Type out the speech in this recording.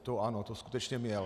To ano, to skutečně měl.